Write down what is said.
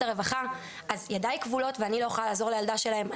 הרווחה אז ידי כבולות ואני לא יכולה לעזור לילדה שלהם,